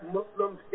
Muslims